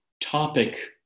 topic